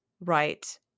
Right